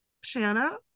shanna